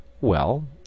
Well